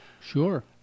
Sure